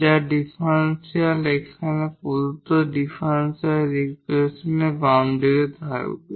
যার ডিফারেনশিয়াল এখানে প্রদত্ত ডিফারেনশিয়াল ইকুয়েশনের বাম দিকে থাকবে